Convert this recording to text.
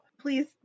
please